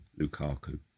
Lukaku